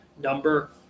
number